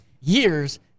years